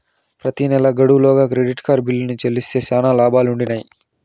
ప్రెతి నెలా గడువు లోగా క్రెడిట్ కార్డు బిల్లుని చెల్లిస్తే శానా లాబాలుండిన్నాయి